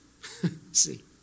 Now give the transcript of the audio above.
See